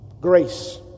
Grace